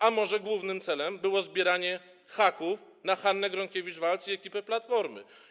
A może głównym celem było zbieranie haków na Hannę Gronkiewicz-Waltz i ekipę Platformy?